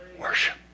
Worship